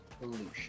pollution